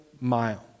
mile